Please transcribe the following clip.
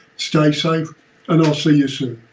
stay safe and i will see you soon.